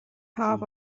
half